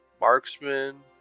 Marksman